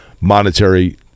monetary